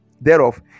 thereof